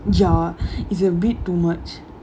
ya is a bit too much